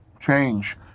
change